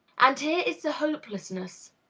and here is the hopelessness,